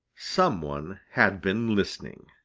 some one had been listening,